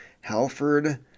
Halford